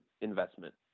investment